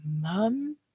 Mom